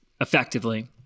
effectively